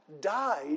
died